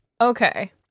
Okay